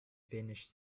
finished